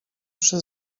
przy